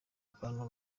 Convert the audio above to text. akantu